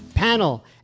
panel